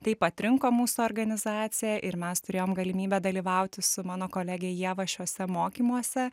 taip atrinko mūsų organizaciją ir mes turėjom galimybę dalyvauti su mano kolege ieva šiuose mokymuose